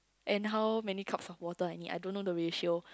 and how many cups of water I need I don't know the ratio